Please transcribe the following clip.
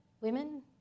Women